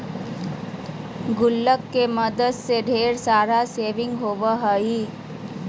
गुल्लक के मदद से ढेर सेविंग होबो हइ